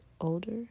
older